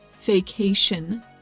vacation